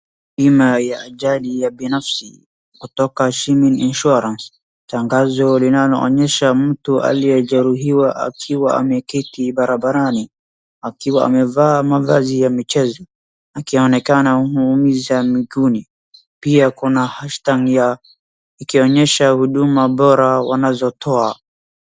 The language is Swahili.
Bima ya ajali ya binafsi kutoka Shimin Insurance, tangazo linalonyesha mtu aliyejeruhiwa akiwa ameketi barabarani, akiwa amevaa mavazi ya michezo akionekana ameumiza miguuni. Pia kuna hast tag ya ikionyesha huduma wanazotoa.